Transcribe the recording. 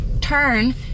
turn